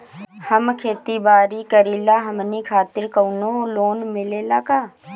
हम खेती बारी करिला हमनि खातिर कउनो लोन मिले ला का?